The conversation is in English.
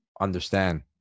understand